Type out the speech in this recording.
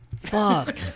Fuck